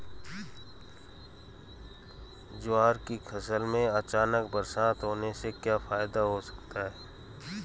ज्वार की फसल में अचानक बरसात होने से क्या फायदा हो सकता है?